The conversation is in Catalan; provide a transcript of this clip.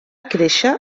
créixer